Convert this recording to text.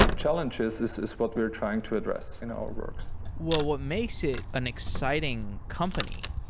challenges is is what we're trying to address in our works well, what makes it an exciting company,